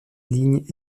lignes